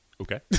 Okay